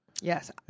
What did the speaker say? Yes